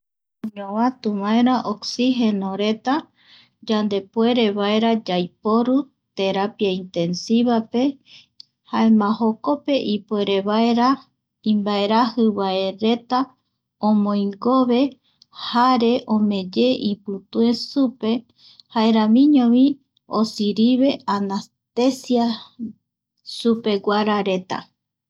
Oñovatu vaera osigeno reta yandepuere vaera yaiporu terapia intensivape ,jaema jokope ipuerevaera imbaerajinaereta omoingove jare omeeye ipitue supe, jaeramiñovi osirive anastecias supeguarareta